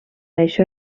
això